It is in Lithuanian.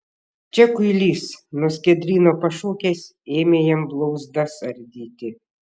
čia kuilys nuo skiedryno pašokęs ėmė jam blauzdas ardyti